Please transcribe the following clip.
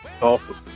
Awesome